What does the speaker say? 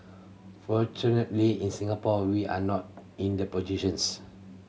fortunately in Singapore we are not in the positions